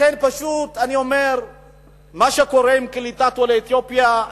לכן אני אומר שמה שקורה עם קליטת עולי אתיופיה,